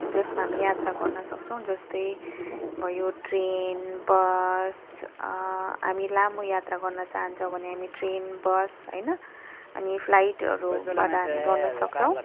जसमा हामी यात्रा गर्न सक्छौँ जस्तै भयो ट्रेन बस हामी लामो यात्रा गर्न चाहन्छौँ भने हामी ट्रेन बस होइन अनि फ्लाइटहरूबाट हामी गर्न सक्छौँ